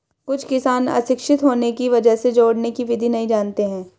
कुछ किसान अशिक्षित होने की वजह से जोड़ने की विधि नहीं जानते हैं